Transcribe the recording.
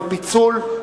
לפיצול.